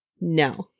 No